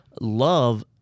love